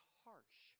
harsh